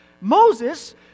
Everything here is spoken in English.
Moses